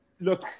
look